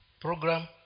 program